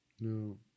No